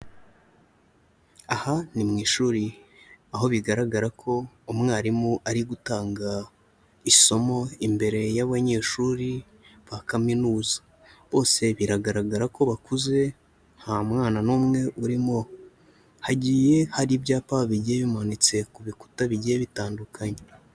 Aha ni mu ishuri aho bigaragara ko umwarimu ari gutanga isomo imbere y'abanyeshuri ba kaminuza, bose biragaragara ko bakuze nta mwana n'umwe urimo, hagiye hari ibyapa bigiye bimanitse ku bikuta bigiye bitandukanye.